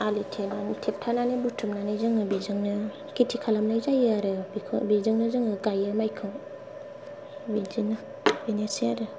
आलि थेनानै खेबथानानै बुथुमनानै जोङो बेजोंनो खेथि खालामनाय जायो आरो बेजोंनो जोङो गायो मायखौ बिदिनो बेनोसै आरो